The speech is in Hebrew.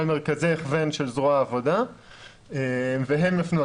מרכזי הכוון של זרוע העבודה והם יפנו.